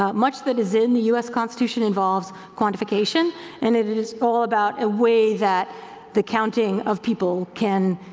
ah much that is in the u s. constitution involves quantification and it it is all about a way that the counting of people can,